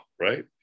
Right